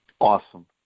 Awesome